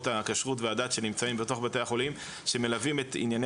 הכשרות והדת שנמצאים בתוך בתי החולים שמלווים את ענייני